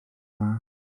dda